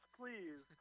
please